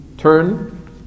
turn